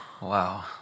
Wow